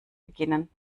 beginnen